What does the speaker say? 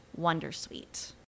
Wondersuite